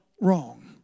wrong